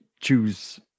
choose